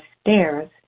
stairs